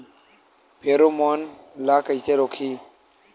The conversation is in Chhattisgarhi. फेरोमोन ला कइसे रोकही?